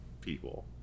people